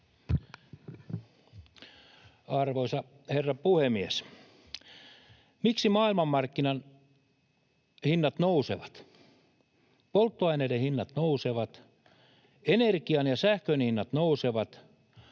Arvoisa herra puhemies! Miksi maailmanmarkkinahinnat nousevat, polttoaineiden hinnat nousevat, energian ja sähkön hinnat nousevat,